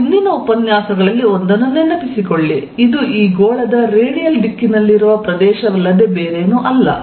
ನಮ್ಮ ಹಿಂದಿನ ಉಪನ್ಯಾಸಗಳಲ್ಲಿ ಒಂದನ್ನು ನೆನಪಿಸಿಕೊಳ್ಳಿ ಇದು ಈ ಗೋಳದ ರೇಡಿಯಲ್ ದಿಕ್ಕಿನಲ್ಲಿರುವ ಪ್ರದೇಶವಲ್ಲದೆ ಬೇರೇನೂ ಅಲ್ಲ